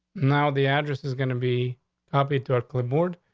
now, the address is gonna be copy to clipboard,